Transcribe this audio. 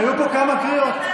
היו פה כמה קריאות.